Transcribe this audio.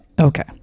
Okay